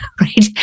right